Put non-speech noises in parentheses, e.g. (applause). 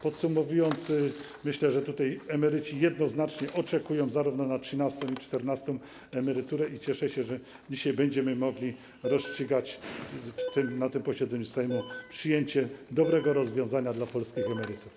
Podsumowując, myślę, że tutaj emeryci jednoznacznie oczekują zarówno na trzynastą, jak i na czternastą emeryturę, i cieszę się, że dzisiaj będziemy mogli rozstrzygnąć na tym posiedzeniu Sejmu (noise) przyjęcie dobrego rozwiązania dla polskich emerytów.